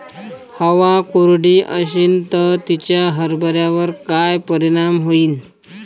हवा कोरडी अशीन त तिचा हरभऱ्यावर काय परिणाम होईन?